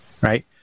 right